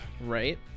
Right